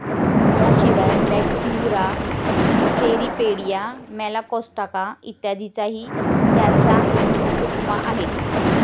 याशिवाय Brachyura, Cirripedia, Malacostraca इत्यादीही त्याच्या उपमा आहेत